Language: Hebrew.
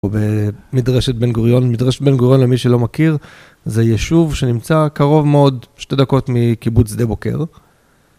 במדרשת בן גוריון, מדרשת בן גוריון למי שלא מכיר זה יישוב שנמצא קרוב מאוד שתי דקות מקיבוץ שדה בוקר